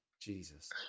Jesus